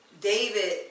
David